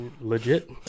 legit